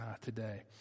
today